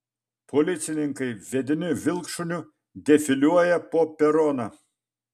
policininkai vedini vilkšuniu defiliuoja po peroną